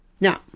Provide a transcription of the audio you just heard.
Now